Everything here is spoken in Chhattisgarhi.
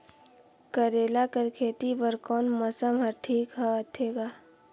करेला कर खेती बर कोन मौसम हर ठीक होथे ग?